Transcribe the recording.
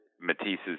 Matisse's